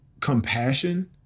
compassion